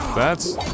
that's-